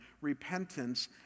repentance